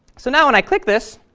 so now when i click this